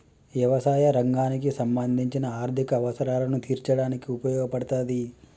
యవసాయ రంగానికి సంబంధించిన ఆర్ధిక అవసరాలను తీర్చడానికి ఉపయోగపడతాది